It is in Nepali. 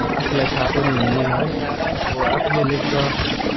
आफूलाई थाहा पनि हुने है अब आफूले लेख्दा